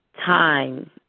time